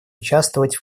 участвовать